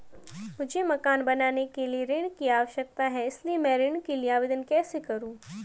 मुझे मकान बनाने के लिए ऋण की आवश्यकता है इसलिए मैं ऋण के लिए आवेदन कैसे करूं?